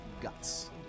guts